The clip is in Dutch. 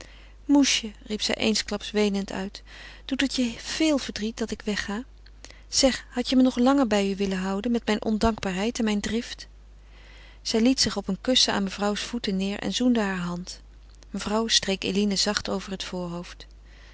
moesje riep zij eensklaps weenend uit doet het je veel verdriet dat ik weg ga zeg hadt je me nog langer bij u willen houden met mijn ondankbaarheid en mijn drift zij liet zich op een kussen aan mevrouws voeten neêr en zoende haar hand mevrouw streek eline zacht over het voorhoofd